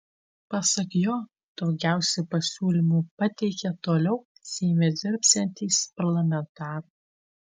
pasak jo daugiausiai pasiūlymų pateikė toliau seime dirbsiantys parlamentarai